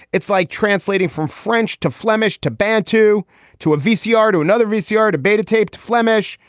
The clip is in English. it's like translating from french to flemish to bad to to a vcr to another vcr to beda taped flemish.